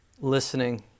listening